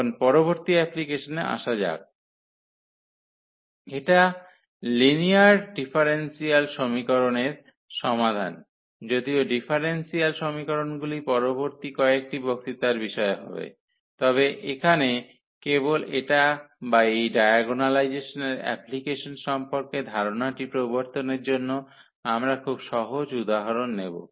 এখন পরবর্তী অ্যাপ্লিকেশনে আসা যাক এটা লিনিয়ার ডিফারেনশিয়াল সমীকরণের সমাধান যদিও ডিফারেনশিয়াল সমীকরণগুলি পরবর্তী কয়েকটি বক্তৃতার বিষয় হবে তবে এখানে কেবল এটা বা এই ডায়াগোনালাইজেসনের অ্যাপ্লিকেসন সম্পর্কে ধারণাটি প্রবর্তনের জন্য আমরা খুব সহজ উদাহরণ নেব